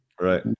right